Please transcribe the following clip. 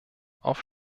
auf